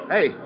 Hey